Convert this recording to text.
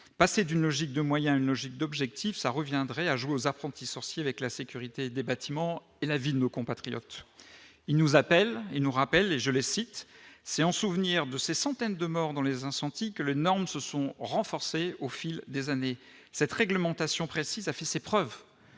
passer d'une logique de moyens une logique d'objectifs, ça reviendrait à jouer aux apprentis sorciers avec la sécurité des bâtiments et la vie de nos compatriotes, il nous appelle et nous rappelle et je le cite : c'est en souvenir de ces centaines de morts dans les incendies que les énorme se sont renforcés au fil des années cette réglementation précise a fait ses preuves,